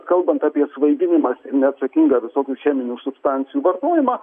kalbant apie svaiginimąsi neatsakingą visokių cheminių substancijų vartojimą